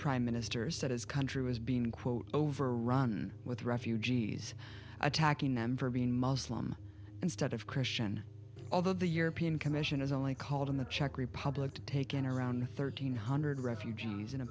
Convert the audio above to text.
prime minister said his country was being quote overrun with refugees attacking them for being muslim instead of christian although the european commission has only called in the czech republic to take in around thirteen hundred refugees in a